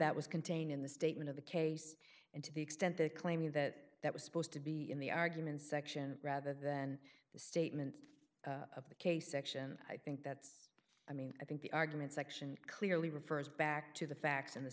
that was contained in the statement of the case and to the extent they claiming that that was supposed to be in the argument section rather than the statement of the case section i think that's i mean i think the argument section clearly refers back to the facts in the